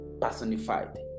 personified